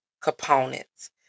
components